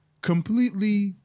Completely